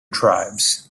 tribes